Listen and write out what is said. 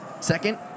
Second